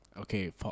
Okay